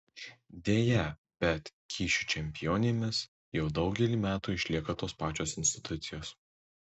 deja bet kyšių čempionėmis jau daugelį metų išlieka tos pačios institucijos